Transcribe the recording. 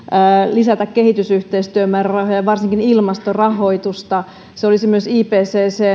lisätä kehitysyhteistyömäärärahoja varsinkin ilmastorahoitusta se olisi myös ipccn